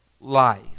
life